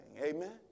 Amen